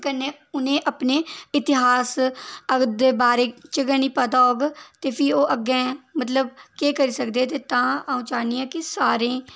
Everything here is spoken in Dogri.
कन्नै उ'नेंई अपने इतिहास दे बारै च गै निं पता होग ते फ्ही अग्गें मतलब केह् करी सकदे ते तां अ'ऊं चाह्न्नी आं के सारेंई